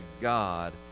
god